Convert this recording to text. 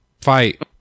fight